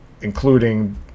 including